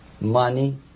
money